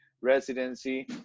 residency